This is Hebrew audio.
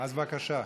אז בבקשה.